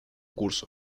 curso